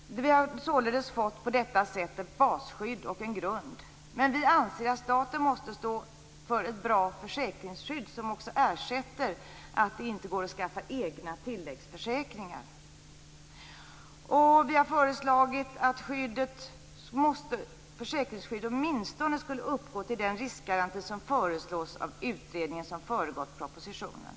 Vi har således på detta sätt fått ett basskydd och en grund, men vi anser att staten måste stå för ett bra försäkringsskydd som också ersätter den som drabbats av att det inte går att skaffa egna tilläggsförsäkringar. Vi har föreslagit att försäkringsskyddet skall ge en ersättning som åtminstone uppgår till nivån för den riskgaranti som föreslås av utredningen som föregått propositionen.